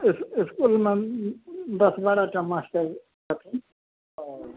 इस इसकूलमे दश बारहटा मास्टर छथिन तऽ